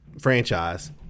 franchise